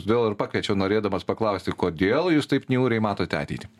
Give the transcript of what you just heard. todėl ir pakviečiau norėdamas paklausti kodėl jūs taip niūriai matote ateitį